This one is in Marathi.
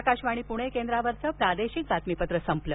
आकाशवाणी प्णे केंद्रावरचं प्रादेशिक बातमीपत्र संपलं